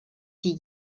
die